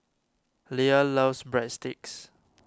Lea loves Breadsticks